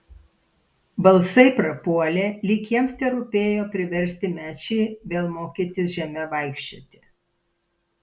balsai prapuolė lyg jiems terūpėjo priversti mečį vėl mokytis žeme vaikščioti